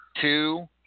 two